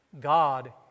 God